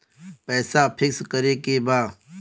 पैसा पिक्स करके बा?